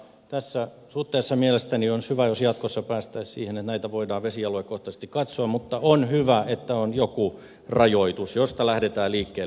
tässä suhteessa mielestäni olisi hyvä jos jatkossa päästäisiin siihen että näitä voidaan vesialuekohtaisesti katsoa mutta on hyvä että on joku rajoitus josta läh detään liikkeelle